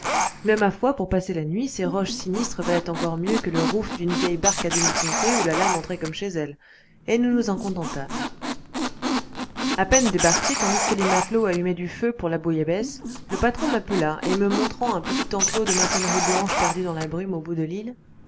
mais ma foi pour passer la nuit ces roches sinistres valaient encore mieux que le rouf d'une vieille barque à demi pontée où la lame entrait comme chez elle et nous nous en contentâmes à peine débarqués tandis que les matelots allumaient du feu pour la bouillabaisse le patron m'appela et me montrant un petit enclos de maçonnerie blanche perdu dans la brume au bout de l'île